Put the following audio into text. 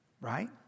Right